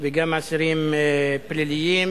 וגם באסירים פליליים.